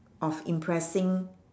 of impressing